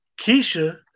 Keisha